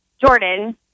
Jordan